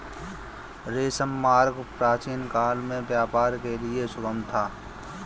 रेशम मार्ग प्राचीनकाल में व्यापार के लिए सुगम था